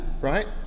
right